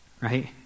Right